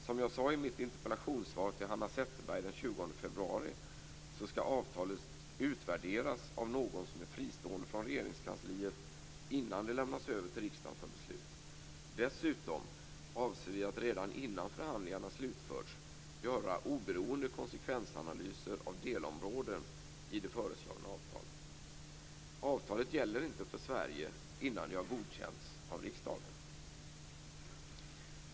Som jag sade i mitt interpellationssvar till Hanna Zetterberg den 20 februari skall avtalet utvärderas av någon som är fristående från Regeringskansliet innan det lämnas över till riksdagen för beslut. Dessutom avser vi att redan innan förhandlingarna slutförts göra oberoende konsekvensanalyser av delområden i det föreslagna avtalet. Avtalet gäller inte för Sverige innan det har godkänts av riksdagen.